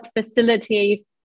facilitate